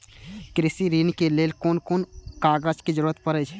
कृषि ऋण के लेल कोन कोन कागज के जरुरत परे छै?